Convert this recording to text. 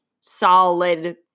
solid